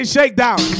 Shakedown